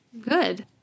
Good